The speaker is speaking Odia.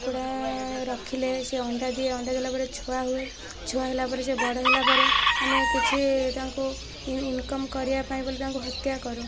କୁକୁଡ଼ା ରଖିଲେ ସିଏ ଅଣ୍ଡା ଦିଏ ଅଣ୍ଡା ଦେଲାପରେ ଛୁଆ ହୁଏ ଛୁଆ ହେଲାପରେ ସେ ବଡ଼ ହେଲାପରେ ଆମେ କିଛି ତାଙ୍କୁ ଇନକମ୍ କରିବାପାଇଁ ବୋଲି ତାଙ୍କୁ ହତ୍ୟା କରୁ